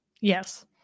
yes